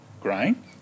grain